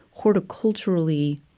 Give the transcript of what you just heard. horticulturally